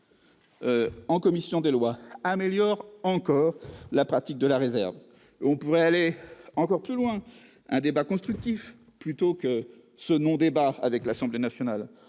un amendement et a ainsi amélioré encore la pratique de la réserve. On pourrait aller encore plus loin en menant un débat constructif, plutôt que ce non-débat avec l'Assemblée nationale.